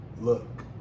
look